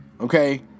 okay